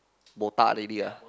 botak already ah